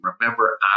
Remember